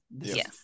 Yes